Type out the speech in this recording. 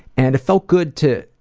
and it felt good to